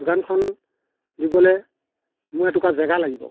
দোকানখন দিবলৈ মোক এটুকুৰা জেগা লাগিব